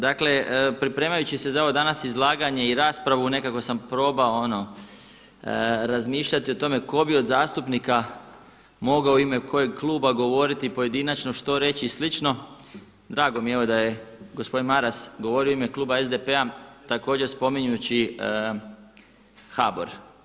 Dakle pripremajući se za ovo danas izlaganje i raspravu nekako sam probao razmišljati o tome tko bi od zastupnika mogao u ime kojeg kluba govoriti pojedinačno što reći i slično, drago mi je evo da je gospodin Maras govorio u ime kluba SDP-a, također spominjući HBOR.